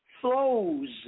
flows